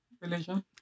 religion